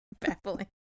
baffling